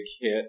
hit